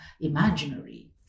imaginary